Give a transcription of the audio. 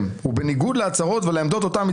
בנוגע להתנגדויות.